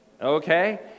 okay